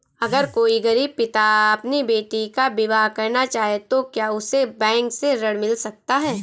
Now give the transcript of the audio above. अगर कोई गरीब पिता अपनी बेटी का विवाह करना चाहे तो क्या उसे बैंक से ऋण मिल सकता है?